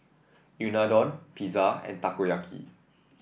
Unadon Pizza and Takoyaki